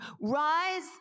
Rise